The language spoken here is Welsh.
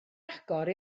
agor